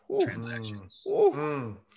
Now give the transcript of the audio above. transactions